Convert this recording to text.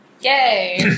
Yay